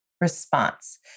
response